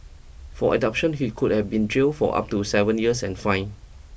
for abduction he could have been jailed for up to seven years and fined